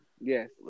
yes